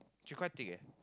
actually quite thick eh